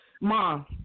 Mom